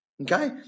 Okay